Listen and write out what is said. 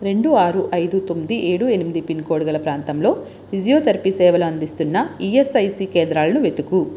రెండు ఆరు ఐదు తొమ్మిది ఏడు ఎనిమిది పిన్ కోడ్ గల ప్రాంతంలో ఫిజియోథెరపీ సేవలు అందిస్తున్న ఈఎస్ఐసి కేంద్రాలను వెతుకుము